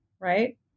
right